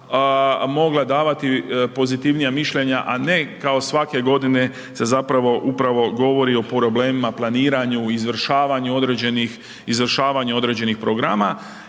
mogla davati pozitivnija mišljenja a ne kao svake godine se zapravo upravo govori o problemima, planiranju, izvršavanju određeni programa.